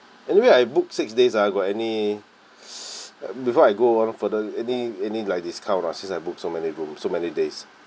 anyway I booked six days ah got any before I go on further any any like discount or not since I book so many room so many days